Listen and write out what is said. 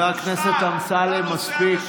חבר הכנסת אמסלם, מספיק.